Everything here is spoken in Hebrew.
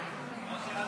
אושר,